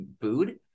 food